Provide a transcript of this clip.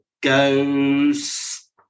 goes